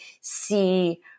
see